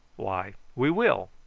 why we will.